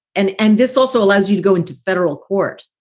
and and this also allows you to go into federal court,